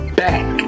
back